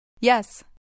Yes